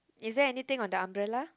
is there anything on the umbrella